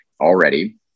already